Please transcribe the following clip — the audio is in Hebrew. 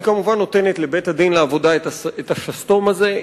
היא נותנת לבית-הדין לעבודה את השסתום הזה.